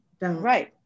Right